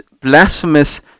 blasphemous